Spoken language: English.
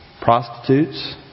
prostitutes